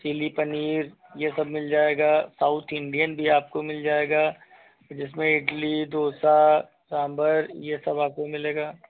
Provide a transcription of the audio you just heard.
chilli paneer ये सब मिल जाएगा साउथ इंडियन भी आपको मिल जाएगा जिसमे इडली दोसा सांभर ये सब आपको मिलेगा